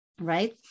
right